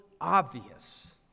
obvious